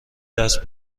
دست